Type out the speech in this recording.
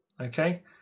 okay